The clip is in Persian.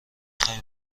خوای